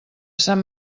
sant